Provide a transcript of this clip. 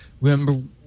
Remember